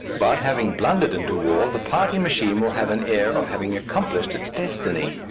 but, having blundered into war, the party machine will have an air of having accomplished its destiny.